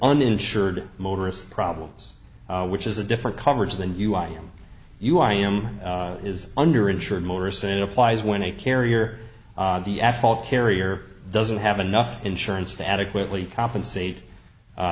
uninsured motorist problems which is a different coverage than you i am you i am is under insured motorists and it applies when a carrier the at fault carrier doesn't have enough insurance to adequately compensate